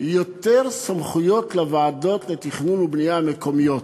יותר סמכויות לוועדות תכנון ובנייה מקומיות,